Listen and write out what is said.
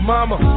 Mama